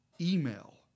email